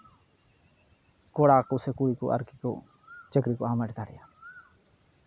ᱠᱚᱲᱟ ᱠᱚ ᱥᱮ ᱠᱩᱲᱤ ᱠᱚ ᱟᱨᱠᱤ ᱠᱚ ᱪᱟᱹᱠᱨᱤ ᱠᱚ ᱦᱟᱢᱮᱴ ᱫᱟᱲᱮᱭᱟᱜᱼᱟ